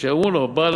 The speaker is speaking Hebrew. וכשקראו "הבעל,